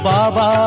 Baba